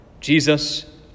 Jesus